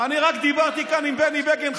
אני רק דיברתי כאן עם בני בגין,